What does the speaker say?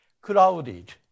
crowded